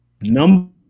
Number